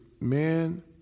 man